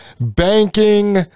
banking